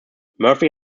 murphy